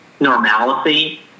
normalcy